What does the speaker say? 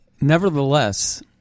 Nevertheless